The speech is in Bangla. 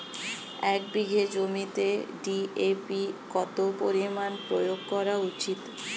এক বিঘে জমিতে ডি.এ.পি কত পরিমাণ প্রয়োগ করা উচিৎ?